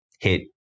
hit